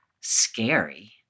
scary